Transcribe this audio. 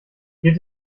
geht